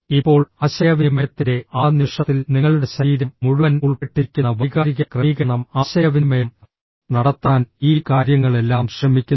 ഇപ്പോൾ ആശയവിനിമയത്തിന്റെ ആ നിമിഷത്തിൽ നിങ്ങളുടെ ശരീരം മുഴുവൻ ഉൾപ്പെട്ടിരിക്കുന്ന വൈകാരിക ക്രമീകരണം ആശയവിനിമയം നടത്താൻ ഈ കാര്യങ്ങളെല്ലാം ശ്രമിക്കുന്നു